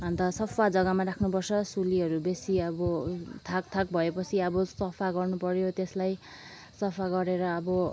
अन्त सफा जग्गामा राख्नु पर्छ सुलीहरू बेसी अब थाक थाक भएपछि आअब सफा गर्नु पऱ्यो त्यसलाई सफा गरेर अब